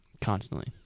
Constantly